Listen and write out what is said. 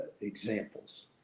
examples